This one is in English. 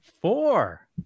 Four